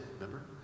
Remember